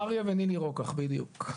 אריה ונילי רוקח, בדיוק.